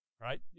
Right